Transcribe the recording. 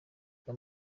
bwa